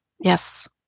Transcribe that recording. Yes